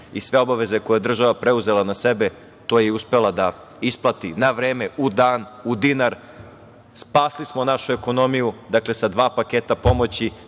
i sve obaveze koje je država preuzela na sebe, to je i uspela da isplati na vreme, u dan, u dinar. Spasli smo našu ekonomiju, dakle, sa dva paketa pomoći